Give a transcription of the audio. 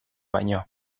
baino